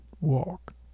walk